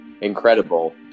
incredible